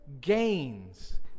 gains